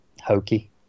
hokey